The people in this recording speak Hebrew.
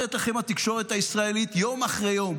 אומרת לכם התקשורת הישראלית יום אחרי יום,